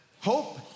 Hope